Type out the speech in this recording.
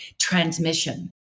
transmission